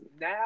now